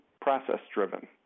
process-driven